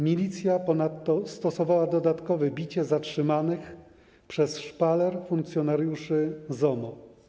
Milicja ponadto stosowała dodatkowe bicie zatrzymanych przez szpaler funkcjonariuszy ZOMO.